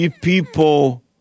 people